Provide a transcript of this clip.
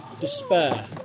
despair